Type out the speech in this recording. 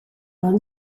vingt